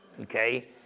okay